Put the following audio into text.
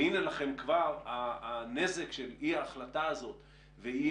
והנה לכם כבר הנזק של אי ההחלטה הזאת ואי